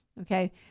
Okay